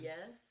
Yes